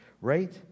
right